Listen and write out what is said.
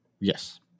Yes